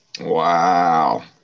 Wow